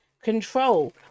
control